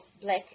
black